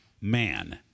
man